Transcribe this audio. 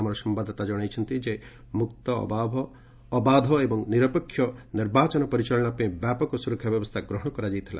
ଆମର ସମ୍ଭାଦଦାତା ଜଣାଇଛନ୍ତି ମୁକ୍ତ ଅବାଧ ଏବଂ ନିରପେକ୍ଷ ନିର୍ବାଚନ ପରିଚାଳନା ପାଇଁ ବ୍ୟାପକ ସୁରକ୍ଷା ବ୍ୟବସ୍ଥା ଗ୍ରହଣ କରାଯାଇଥିଲା